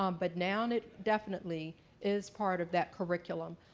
um but now and it definitely is part of that curriculum.